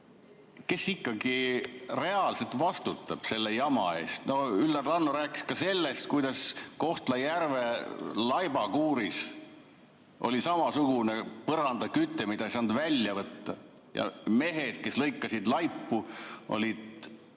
kes ikkagi reaalselt vastutab selle jama eest. Üllar Lanno rääkis sellest, kuidas Kohtla-Järvel laibakuuris oli samasugune põrandaküte, mida ei saanud välja võtta, ja mehed, kes lõikasid laipu, olid